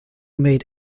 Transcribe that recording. made